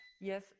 yes